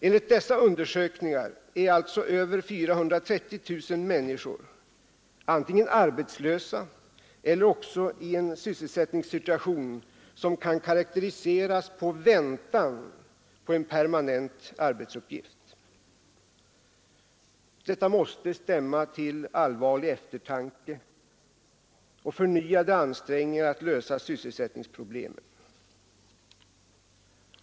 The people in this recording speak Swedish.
Enligt dessa undersökningar är alltså över 430 000 människor antingen arbetslösa eller också i en sysselsättningssituation som kan karakteriseras som väntan på en permanent arbetsuppgift. Detta måste stämma till allvarlig eftertanke och förnyade ansträngningar att lösa sysselsättningsproblemen.